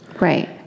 Right